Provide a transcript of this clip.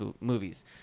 movies